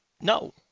No